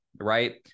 right